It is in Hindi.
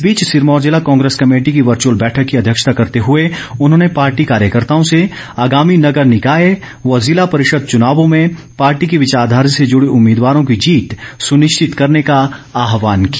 इस बीच सिरमौर जिला कांग्रेस कमेटी की वर्च्यअल बैठक की अध्यक्षता करते हुए उन्होंने पार्टी कार्यकर्ताओं से आगामी नगर निकाय व जिला परिषद चुनावों में पार्टी की विचारधारा से जुडे उम्मीदवारों की जीत सुनिश्चित करने का आहवान किया